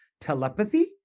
telepathy